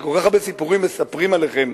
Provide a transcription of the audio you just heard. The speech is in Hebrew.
שכל כך הרבה סיפורים מספרים עליכם,